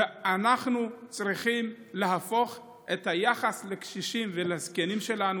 אנחנו צריכים להפוך את היחס לקשישים ולזקנים שלנו,